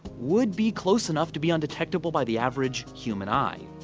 would be close enough to be undetectable by the average human eye.